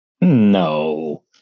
No